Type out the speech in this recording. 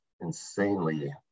insanely